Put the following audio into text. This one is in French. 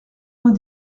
vingt